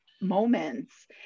moments